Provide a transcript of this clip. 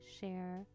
share